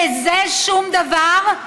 וזה שום דבר?